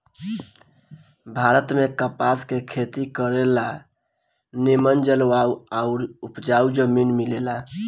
भारत में कपास के खेती करे ला निमन जलवायु आउर उपजाऊ जमीन मिलेला